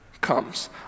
comes